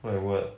like what